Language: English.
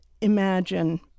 imagine